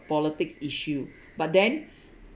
politics issue but then